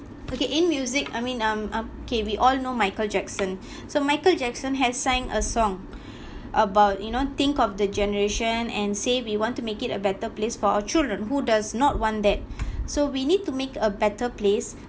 okay in music I mean um um okay we all know michael jackson so michael jackson has sang a song about you know think of the generation and say we want to make it a better place for our children who does not want that so we need to make a better place